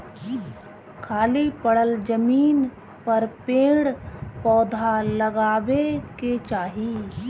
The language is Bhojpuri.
खाली पड़ल जमीन पर पेड़ पौधा लगावे के चाही